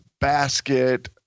basket